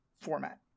format